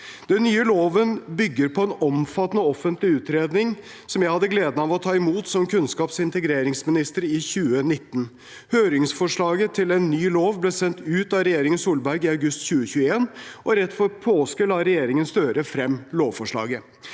Den nye loven bygger på en omfattende offentlig utredning, som jeg hadde gleden av å ta imot som kunnskaps- og integreringsminister i 2019. Høringsforslaget til ny lov ble sendt ut av regjeringen Solberg i august 2021, og rett før påske la regjeringen Støre frem lovforslaget.